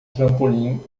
trampolim